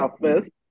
first